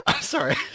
Sorry